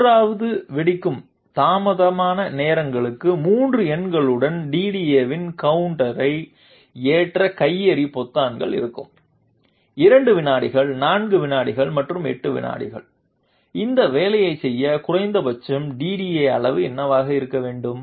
3 வெடிக்கும் தாமத நேரங்களுக்கு 3 எண்களுடன் DDAவின் கவுண்டரை ஏற்ற கையெறி பொத்தான்கள் இருக்கும் 2 வினாடிகள் 4 வினாடிகள் மற்றும் 8 வினாடிகள் இந்த வேலையைச் செய்ய குறைந்தபட்ச DDA அளவு என்னவாக இருக்க வேண்டும்